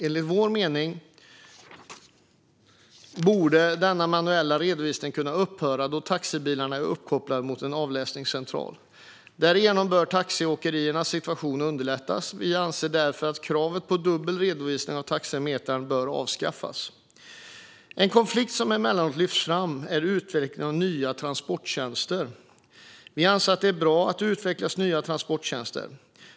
Enligt vår mening borde den manuella redovisningen kunna upphöra då taxibilarna är uppkopplade mot en avläsningscentral. Därigenom bör taxiåkeriernas situation underlättas. Vi anser därför att kravet på dubbel redovisning av taxametern bör avskaffas. En konflikt som emellanåt lyfts fram är utvecklingen av nya transporttjänster. Vi anser att det är bra att det utvecklas nya transporttjänster.